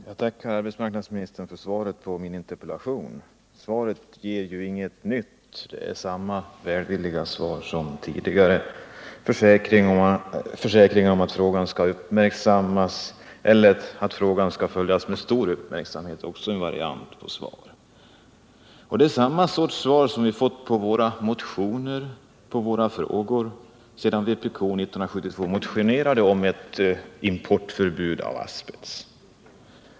Herr talman! Jag tackar arbetsmarknadsministern för svaret på min interpellation. Svaret ger ju inget nytt. Det är samma välvilliga svar som tidigare: försäkringar om att frågan skall uppmärksammas. Att frågan skall följas med stor uppmärksamhet är en annan variant av svar. Och det är samma sorts svar som vi fått på våra motioner och frågor sedan vpk 1972 motionerade om ett importförbud mot asbest.